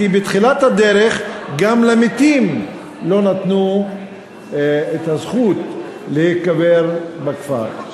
כי בתחילת הדרך גם למתים לא נתנו את הזכות להיקבר בכפר.